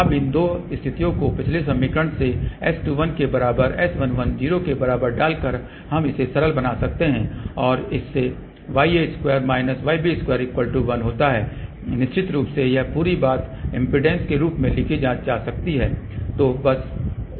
अब इन दो स्थितियों को पिछले समीकरण में S21 के बराबर S11 0 के बराबर डालकर हम इसे सरल बना सकते हैं और इससे ya2 yb2 1 होता है निश्चित रूप से यह पूरी बात इम्पीडेन्स के रूप में भी लिखी जा सकती है